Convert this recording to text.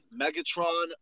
Megatron